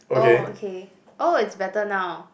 oh okay oh it's better now